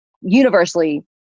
universally